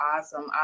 awesome